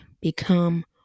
become